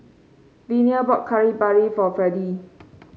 Vena bought Kari Babi for Freddie